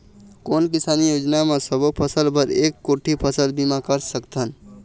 कोन किसानी योजना म सबों फ़सल बर एक कोठी फ़सल बीमा कर सकथन?